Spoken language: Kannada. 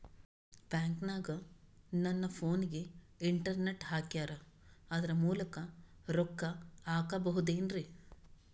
ಬ್ಯಾಂಕನಗ ನನ್ನ ಫೋನಗೆ ಇಂಟರ್ನೆಟ್ ಹಾಕ್ಯಾರ ಅದರ ಮೂಲಕ ರೊಕ್ಕ ಹಾಕಬಹುದೇನ್ರಿ?